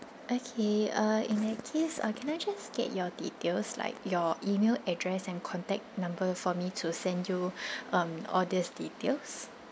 okay uh in that case uh can I just get your details like your email address and contact number for me to send you um all these details